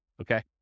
okay